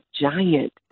giant